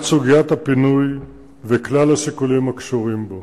סוגיית הפינוי וכלל השיקולים הקשורים בו.